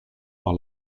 par